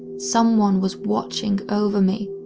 someone was watching over me,